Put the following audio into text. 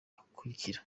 akurikira